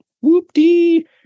Whoop-dee